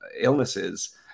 illnesses